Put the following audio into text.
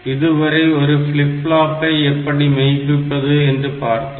இதுவரை ஒரு ஃபிளிப் ஃப்ளாப்பை எப்படி மெய்ப்பிப்பது என பார்த்தோம்